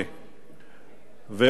והוא דוח המבקר